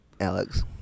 Alex